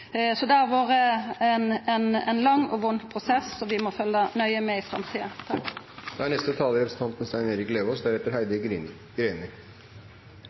Så det har vore ein lang og vond prosess, og vi må følgja nøye med i framtida. Fremskrittspartiet sier at de er